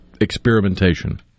experimentation